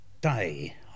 day